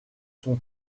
son